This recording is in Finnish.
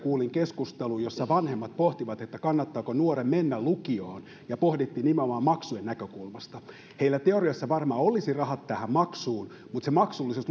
kuulin keskustelun jossa perheen vanhemmat pohtivat kannattaako nuoren mennä lukioon ja sitä pohdittiin nimenomaan maksujen näkökulmasta heillä teoriassa varmaan olisi rahat tähän maksuun mutta se maksullisuus